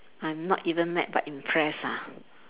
I'm not even mad but impressed ah